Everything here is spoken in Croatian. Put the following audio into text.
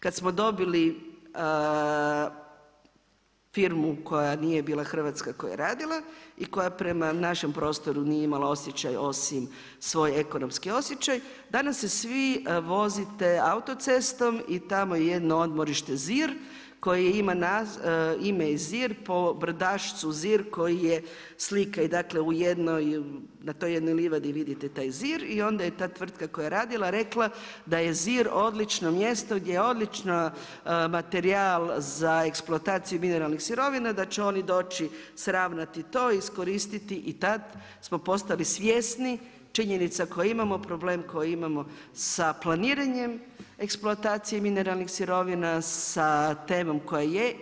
Kad smo dobili firmu koja nije bila hrvatska koja je radila i koja prema našem prostoru nije imala osjećaj osim svoj ekonomski osjećaj danas se svi vozite autocestom i tamo je jedno odmorište Zir koje ima ime Zir po brdašcu Zir koji je slika, dakle na toj jednoj livadi vidite taj Zir i onda je ta tvrtka koja je radila rekla da je Zir odlično mjesto, gdje je odličan materijal za eksploataciju mineralnih sirovina, da će oni doći sravnati to, iskoristiti i tad smo postali svjesni činjenica koje imamo, problem koji imamo sa planiranjem eksploatacije mineralnih sirovina, sa temom koja je.